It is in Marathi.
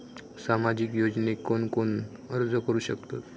सामाजिक योजनेक कोण कोण अर्ज करू शकतत?